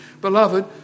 Beloved